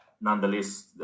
nonetheless